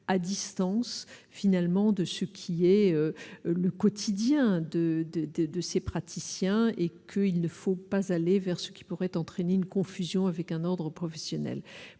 à distance finalement de ce qui est le quotidien de, de, de, de ces praticiens et que il ne faut pas aller vers ce qui pourrait entraîner une confusion avec un ordre professionnel